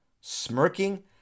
Smirking